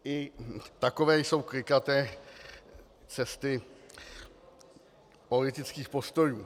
I takové jsou klikaté cesty politických postojů.